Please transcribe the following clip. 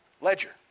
Ledger